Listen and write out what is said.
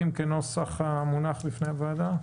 כנוסח המונח בפני הוועדה?